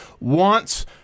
wants